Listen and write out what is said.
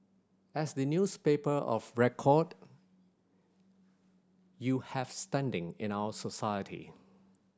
as the newspaper of record you have standing in our society